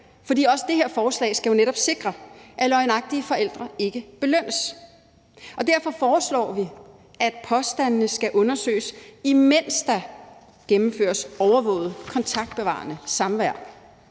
også det her forslag skal jo netop sikre, at løgnagtige forældre ikke belønnes. Derfor foreslår vi, at påstandene skal undersøges, imens der gennemføres overvåget kontaktbevarende samvær,